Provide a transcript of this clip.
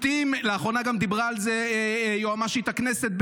לאחרונה גם דיברה על זה יועמ"שית הכנסת,